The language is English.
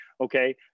Okay